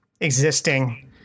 existing